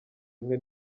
imwe